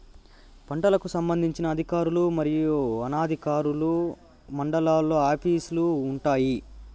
పంటలకు సంబంధించిన అధికారులు మరియు అనధికారులు మండలాల్లో ఆఫీస్ లు వుంటాయి?